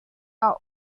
are